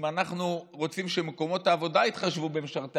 אם אנחנו רוצים שמקומות העבודה יתחשבו במשרתי